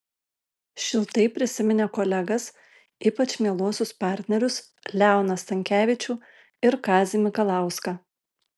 šiltai prisiminė kolegas ypač mieluosius partnerius leoną stankevičių ir kazį mikalauską